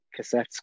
cassettes